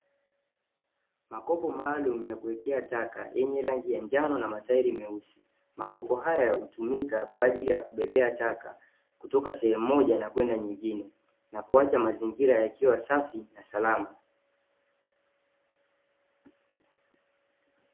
Makopo maalumu ya kuwekea taka yenye rangi ya njano na matairi meusi. Makopo haya utumika kwa ajili ya kubebea taka, kutoka sehemu moja na kwenda nyingine, na kuacha mazingira kuwa safi na salama.